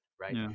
right